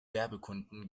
werbekunden